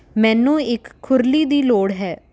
ਮੈਨੂੰ ਇੱਕ ਖੁਰਲੀ ਦੀ ਲੋੜ ਹੈ